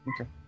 Okay